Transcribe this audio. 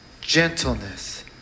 gentleness